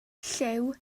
llyw